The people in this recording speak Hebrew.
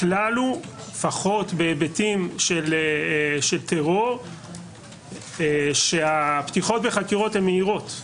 הכלל הוא לפחות בהיבטים של טרור שהפתיחות בחקירות הם מהירות.